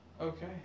Okay